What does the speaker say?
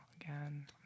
again